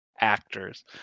actors